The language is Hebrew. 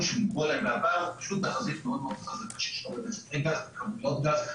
לקרן פשוט תחזית מאוד --- של --- כמויות גז.